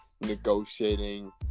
negotiating